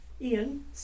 Ian